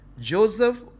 Joseph